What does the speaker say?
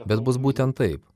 bet bus būtent taip